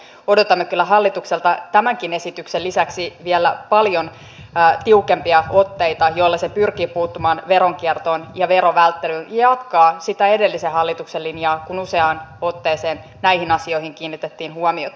eli odotamme kyllä hallitukselta tämänkin esityksen lisäksi vielä paljon tiukempia otteita joilla se pyrkii puuttumaan veronkiertoon ja verovälttelyyn ja jatkaa sitä edellisen hallituksen linjaa jossa useaan otteeseen näihin asioihin kiinnitettiin huomiota